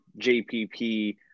JPP